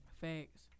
Thanks